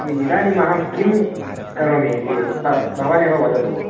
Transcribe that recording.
इदानीमहं किं करोमि इति उक्त्वा भवानेव वदतु भोः